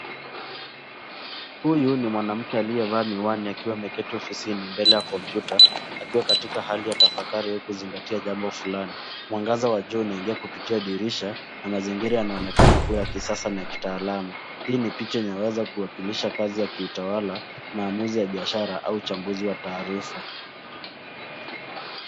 Huyu ni mwanamke aliyevaa miwani akiwa ameketi ofisi mbele ya kompyuta akiwa katika hali ya tafakari au kuzingatia jambo fulani. Mwangaza wa juu unaingia kupitia dirisha na mazingira yanaonekana kuwa ya kisasa na ya kitaalam. Hii ni picha inayoweza kuwakilisha kazi ya kiutawala, maamuzi ya biashara au uchaguzi wa taarifa.